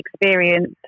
experience